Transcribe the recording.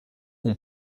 ont